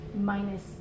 minus